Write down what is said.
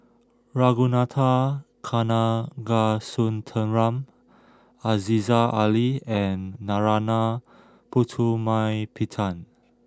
Ragunathar Kanagasuntheram Aziza Ali and Narana Putumaippittan